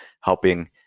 helping